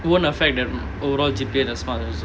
won't affect that overall G_P_A as much also